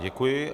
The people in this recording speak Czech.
Děkuji.